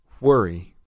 Worry